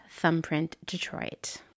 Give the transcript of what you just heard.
ThumbprintDetroit